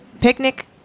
picnic